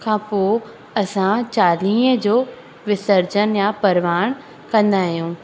खां पोइ असां चालीहे जो विसर्जन या परवान कंदा आहियूं